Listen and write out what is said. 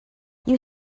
you